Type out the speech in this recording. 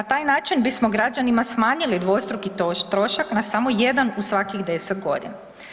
Na taj način bismo građanima smanjili dvostruki trošak na samo jedan u svakih deset godina.